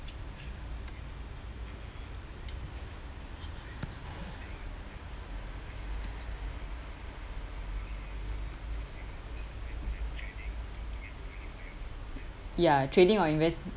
ya trading or invest